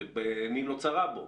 ועיני לא צרה בו,